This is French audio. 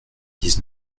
dix